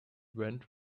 went